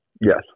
Yes